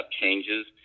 changes